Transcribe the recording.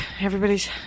Everybody's